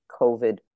COVID